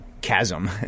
chasm